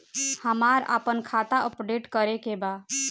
हमरा आपन खाता अपडेट करे के बा